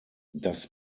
das